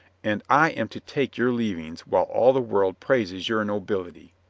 and i am to take your leavings while all the world praises your nobility.